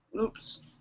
Oops